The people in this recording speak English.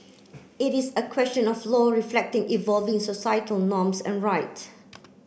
it is a question of law reflecting evolving societal norms and right